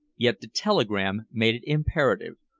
yet the telegram made it imperative,